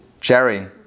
Jerry